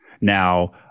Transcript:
Now